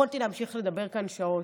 יכולתי להמשיך לדבר כאן שעות.